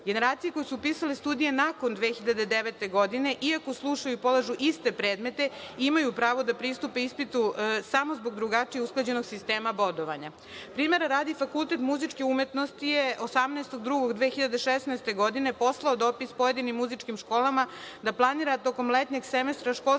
Generacije koje su upisale studije nakon 2009. godine, iako slušaju i polažu iste predmete, imaju pravo da pristupe ispitu samo zbog drugačije usklađenog sistema bodovanja. Primera radi, Fakultet muzičke umetnosti je 18. februara 2016. godine poslao dopis pojedinim muzičkim školama da planira tokom letnjeg semestra, školske